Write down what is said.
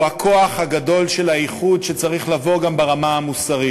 הוא הכוח הגדול של האיחוד שצריך לבוא גם ברמה המוסרית.